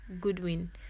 Goodwin